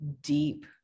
deep